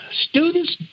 Students